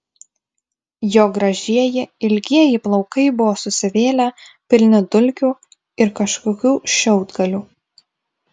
jo gražieji ilgieji plaukai buvo susivėlę pilni dulkių ir kažkokių šiaudgalių